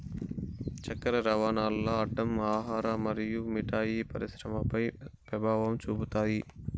చక్కర రవాణాల్ల అడ్డం ఆహార మరియు మిఠాయి పరిశ్రమపై పెభావం చూపుతాది